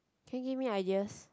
can give me ideas